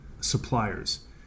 suppliers